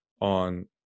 on